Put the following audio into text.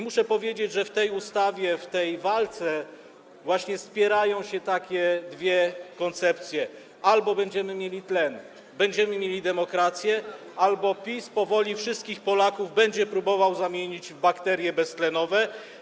Muszę powiedzieć, że w tej walce właśnie ścierają się takie dwie koncepcje: albo będziemy mieli tlen, będziemy mieli demokrację, albo PiS powoli wszystkich Polaków będzie próbował zamienić w bakterie beztlenowe.